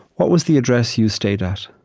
what was the address you stayed at?